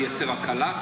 לייצר הקלה,